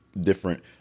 different